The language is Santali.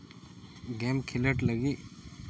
ᱜᱮᱢ ᱠᱷᱮᱞᱳᱰ ᱞᱟᱹᱜᱤᱫ